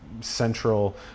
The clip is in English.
central